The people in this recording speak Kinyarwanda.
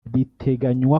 biteganywa